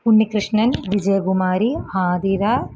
Unnikrishnan Vijayakumari Athira